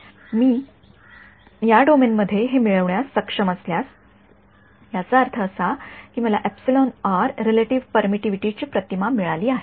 मी या डोमेन मध्ये हे मिळवण्यास सक्षम असल्यास याचा अर्थ असा की मला एप्सिलॉन आर रिलेटिव्ह परमिटिव्हिटीची प्रतिमा मिळाली आहे